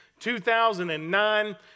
2009